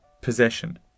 possession